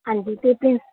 ਹਾਂਜੀ